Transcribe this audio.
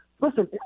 Listen